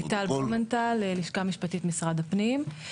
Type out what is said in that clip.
ליטל בלומנטל, לשכה משפטית משרד הפנים.